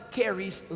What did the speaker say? carries